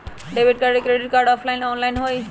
Debit card credit card offline online होई?